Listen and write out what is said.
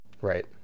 Right